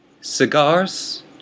cigars